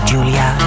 Julia